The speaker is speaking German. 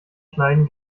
schneiden